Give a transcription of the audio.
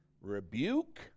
rebuke